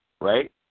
right